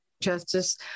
Justice